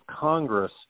Congress